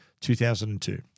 2002